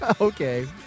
Okay